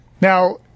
now